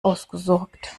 ausgesorgt